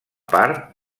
part